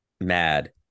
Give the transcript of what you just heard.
mad